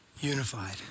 unified